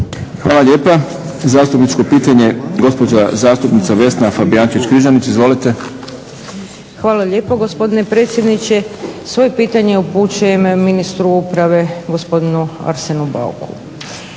Hvala lijepa. Zastupničko pitanje gospođa zastupnica Vesna Fabijančić-Križanić, izvolite. **Fabijančić Križanić, Vesna (SDP)** Hvala lijepa gospodine predsjedniče. Svoje pitanje upućujem ministru uprave gospodinu Arsenu Bauku.